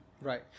Right